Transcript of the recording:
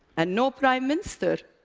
and no prime minister.